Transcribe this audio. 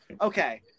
okay